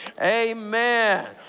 Amen